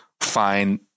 find